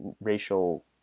racial